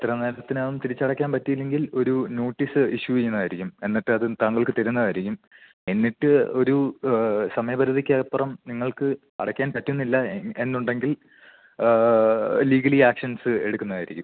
ഇത്ര മാസത്തിനകം തിരിച്ചടയ്ക്കാൻ പറ്റിയില്ലെങ്കിൽ ഒരു നോട്ടീസ് ഇഷ്യൂ ചെയ്യുന്നതായിരിക്കും എന്നിട്ടത് താങ്കൾക്ക് തരുന്നതായിരിക്കും എന്നിട്ട് ഒരു സമയപരിധിക്ക് അപ്പുറം നിങ്ങൾക്ക് അടയ്ക്കാൻ പറ്റുന്നില്ല എന്നുണ്ടെങ്കിൽ ലീഗലി ആക്ഷൻസ് എടുക്കുന്നതായിരിക്കും